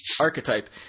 archetype